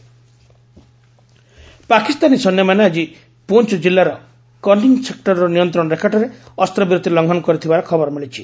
ceasefire violation Pakistani ସୈନ୍ୟମାନେ ଆଜି ପୁଞ୍ ଜିଲ୍ଲାର କର୍ଷ୍ଣ ସେକ୍ଟରର ନିୟନ୍ତ୍ରଣ ରେଖାଠାରେ ଅସ୍ତ୍ରବିରତି ଲଙ୍ଘନ କରିଥିବାର ଖବର ମିଳିଛି